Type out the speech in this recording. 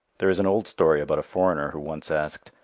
there is an old story about a foreigner who once asked,